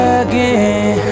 again